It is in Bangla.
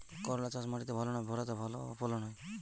করলা চাষ মাটিতে ভালো না ভেরাতে ভালো ফলন হয়?